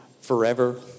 forever